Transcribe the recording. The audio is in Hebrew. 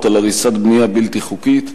על הריסת בנייה בלתי חוקית.